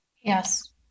Yes